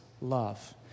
love